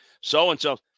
so-and-so